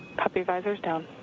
copy, visors down.